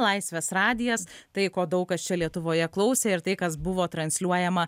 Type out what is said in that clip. laisvės radijas tai ko daug kas čia lietuvoje klausė ir tai kas buvo transliuojama